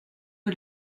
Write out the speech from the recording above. que